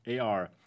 AR